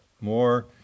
more